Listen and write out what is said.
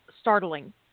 startling